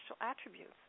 attributes